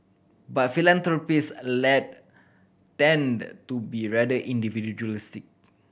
but philanthropist tend to be rather individualistic